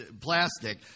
plastic